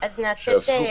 שהוא עסוק?